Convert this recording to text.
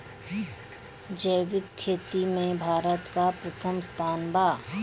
जैविक खेती में भारत का प्रथम स्थान बा